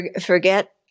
forget